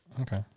Okay